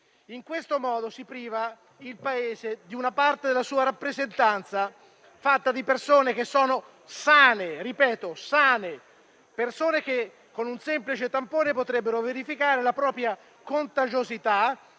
In questo modo si priva il Paese di una parte della sua rappresentanza, fatta di persone che sono sane - ripeto, sane - e che con un semplice tampone potrebbero verificare la propria contagiosità;